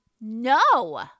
no